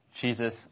Jesus